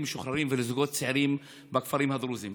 משוחררים ולזוגות צעירים בכפרים הדרוזיים.